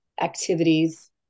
activities